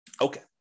Okay